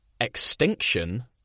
Extinction